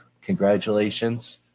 congratulations